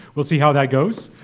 we'll see how that goes.